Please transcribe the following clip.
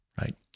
right